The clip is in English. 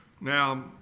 now